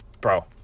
Bro